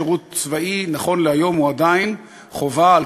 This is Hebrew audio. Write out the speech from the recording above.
שירות צבאי נכון להיום הוא עדיין חובה על